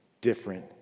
different